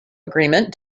agreement